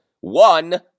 one